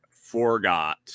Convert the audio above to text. forgot